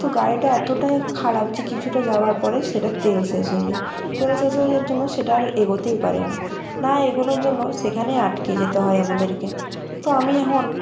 তো গাড়িটা এতটাই খারাপ যে কিছুটা যাওয়ার পরে সেটার তেল শেষ হয়ে যায় তেল হয়ে যায়ার জন্য সেটা আর এগোতেই পারে না না এগোনোর জন্য সেখানেই আটকে যেতে হয় আমাদেরকে তো আমি এখন